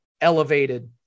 elevated